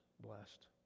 blessed